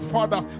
Father